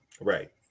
Right